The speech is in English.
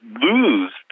lose